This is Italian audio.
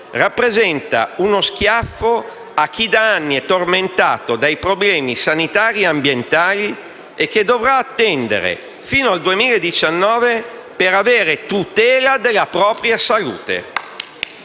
rappresenta uno schiaffo a chi da anni è tormentato dai problemi sanitari e ambientali e che dovrà attendere fino al 2019 per avere tutela della propria salute.